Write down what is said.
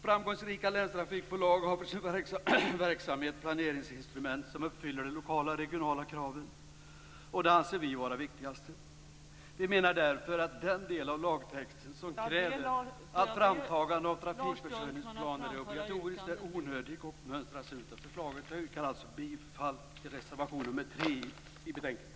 Framgångsrika länstrafikbolag har för sin verksamhet planeringsinstrument som uppfyller de lokala och regionala kraven, och det anser vi vara det viktigaste. Vi menar därför att den del av lagtexten som säger att framtagande av trafikförsörjningsplaner skall vara obligatoriskt är onödig och bör mönstras ut. Jag yrkar därför bifall till reservation nr 3 i betänkandet.